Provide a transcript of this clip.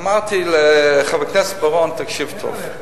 אמרתי לחבר הכנסת בר-און: תקשיב טוב.